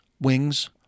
Wings